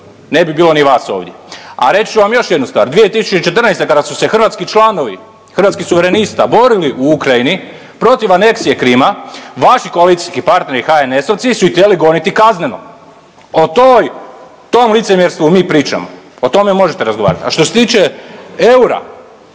ne bi bilo ni vas ovdje. A reći ću vam još jednu stvar, 2014. kada su se hrvatski članovi Hrvatskih suverenista borili u Ukrajini protiv aneksije Krima vaši koalicijski partneri HNS-ovci su ih htjeli goniti kazneno. O toj, o tom licemjerstvu mi pričamo, o tome možete razgovarati. A što se tiče eura,